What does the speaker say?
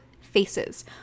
faces